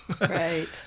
Right